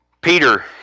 Peter